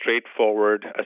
straightforward